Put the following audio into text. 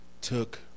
took